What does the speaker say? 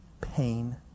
pain